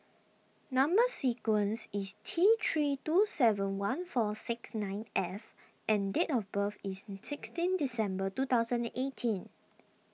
Number Sequence is T three two seven one four six nine F and date of birth is sixteen December two thousand and eighteen